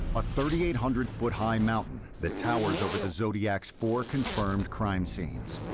a three eight hundred foot high mountain that towers over the zodiac's four confirmed crime scenes.